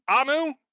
Amu